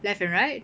left and right